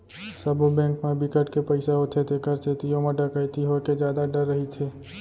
सबो बेंक म बिकट के पइसा होथे तेखर सेती ओमा डकैती होए के जादा डर रहिथे